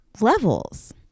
Levels